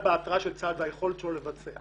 קודם כל נתעסק